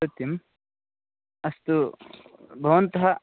सत्यम् अस्तु भवन्तः